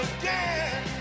again